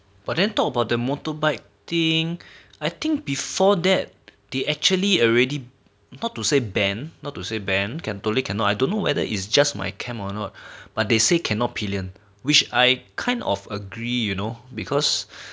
but then talk about the motorbike thing I think before that they actually already not to say ban not to say ban can totally cannot I don't know whether is just my camp or not but they say cannot pillion which I kind of agree you know because